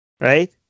right